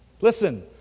Listen